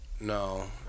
No